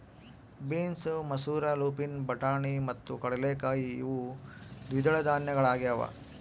beans ಮಸೂರ lupin ಬಟಾಣಿ ಮತ್ತು ಕಡಲೆಕಾಯಿ ಇವು ದ್ವಿದಳ ಧಾನ್ಯಗಳಾಗ್ಯವ